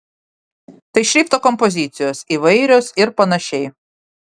tai šrifto kompozicijos įvairios ir panašiai